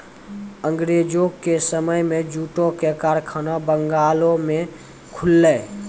अंगरेजो के समय मे जूटो के कारखाना बंगालो मे खुललै